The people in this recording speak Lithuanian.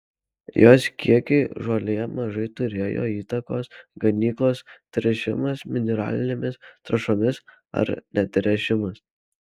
jos kiekiui žolėje mažai turėjo įtakos ganyklos tręšimas mineralinėmis trąšomis ar netręšimas